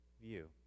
view